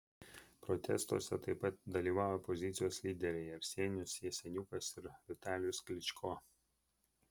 protestuose taip pat dalyvauja opozicijos lyderiai arsenijus jaceniukas ir vitalijus klyčko